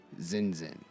Zinzin